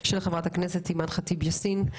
של חברת הכנסת אימאן ח'טיב יאסין,